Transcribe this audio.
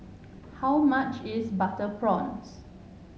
how much is Butter Prawns